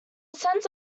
sense